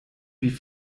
wie